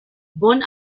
bon